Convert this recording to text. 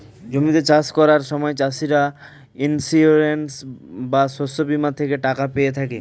জমিতে চাষ করার সময় চাষিরা ইন্সিওরেন্স বা শস্য বীমা থেকে টাকা পেয়ে থাকে